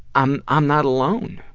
i'm i'm not alone.